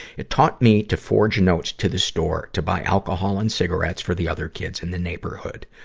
it taught me to forge notes to the store to buy alcohol and cigarettes for the other kids in the neighborhood.